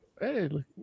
Hey